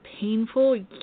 painful